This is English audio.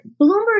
Bloomberg